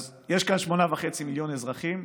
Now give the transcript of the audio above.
אז יש כאן 8.5 מיליון אזרחים,